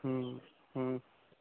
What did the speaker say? हूँ हूँ